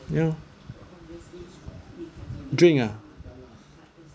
ya drink ah